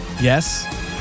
yes